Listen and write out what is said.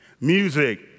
Music